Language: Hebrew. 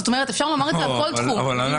אפשר לומר את זה על תביעות בתחום על גניבה.